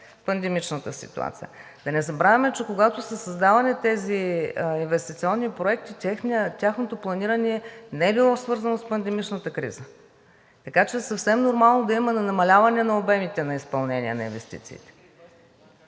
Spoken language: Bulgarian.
предпандемичната ситуация. Да не забравяме, че когато са създавани тези инвестиционни проекти, тяхното планиране не е било свързано с пандемичната криза, така че е съвсем нормално да има намаляване на обемите на изпълнение на инвестициите.